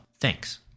thanks